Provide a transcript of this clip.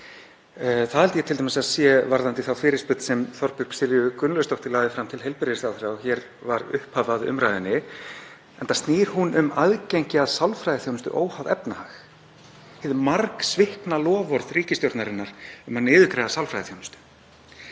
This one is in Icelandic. Það held ég t.d. að sé varðandi þá fyrirspurn sem Þorbjörg Sigríður Gunnlaugsdóttir lagði fram til heilbrigðisráðherra og var hér upphaf að umræðunni, enda snýst hún um aðgengi að sálfræðiþjónustu óháð efnahag, hið margsvikna loforð ríkisstjórnarinnar um að niðurgreiða sálfræðiþjónustu.